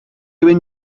wyn